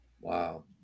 Wow